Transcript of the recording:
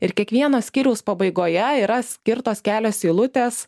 ir kiekvieno skyriaus pabaigoje yra skirtos kelios eilutės